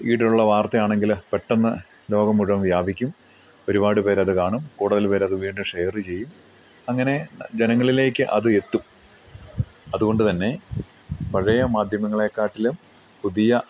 ഈടുള്ള വാർത്തയാണെങ്കിൽ പെട്ടെന്ന് ലോകം മുഴുവൻ വ്യാപിക്കും ഒരുപാട് പേരത് കാണും കൂടുതൽ പേരത് വീണ്ടും ഷെയറ് ചെയ്യും അങ്ങനെ ജനങ്ങളിലേക്ക് അത് എത്തും അതുകൊണ്ട് തന്നെ പഴയ മാധ്യമങ്ങളെക്കാട്ടിലും പുതിയ